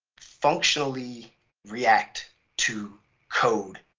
functionally react to code,